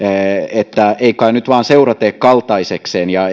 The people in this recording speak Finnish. että ei kai nyt vain seura tee kaltaisekseen ja